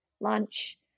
lunch